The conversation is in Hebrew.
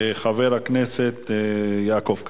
חבר הכנסת יעקב כץ,